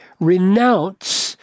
Renounce